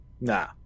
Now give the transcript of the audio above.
Nah